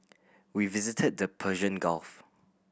we visited the Persian Gulf